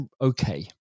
okay